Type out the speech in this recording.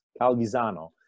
Calvisano